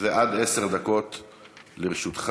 עד עשר דקות לרשותך,